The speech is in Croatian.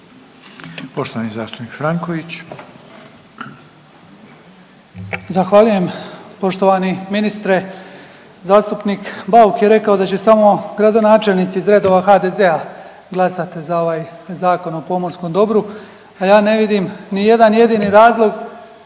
Poštovani zastupnik Franković.